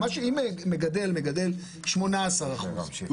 אם מגדל מגדל 18 אחוזים,